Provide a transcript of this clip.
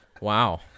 Wow